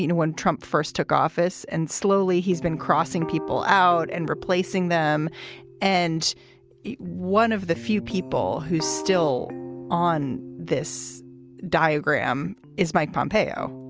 you know when trump first took office. and slowly he's been crossing people out and replacing them and one of the few people who's still on this diagram is mike pompeo.